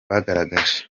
bagaragaje